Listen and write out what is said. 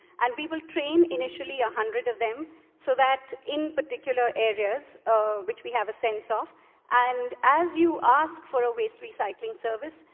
and we will train, initially, a hundred of them so that, in particular areas which we have a sense of and as you ask for a waste recycling service,